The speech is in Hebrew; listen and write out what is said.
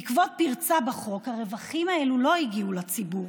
בעקבות פרצה בחוק הרווחים האלו לא הגיעו לציבור.